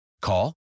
Call